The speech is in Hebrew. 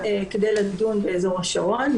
כדי לדון באזור השרון,